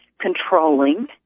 controlling